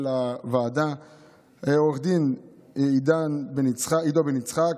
לעו"ד עידו בן יצחק,